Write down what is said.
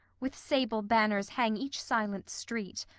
with sable banners hang each silent street,